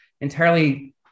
entirely